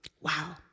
Wow